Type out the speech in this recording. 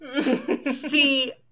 See